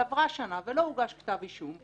אבל עברה שנה ולא הוגש כתב אישום,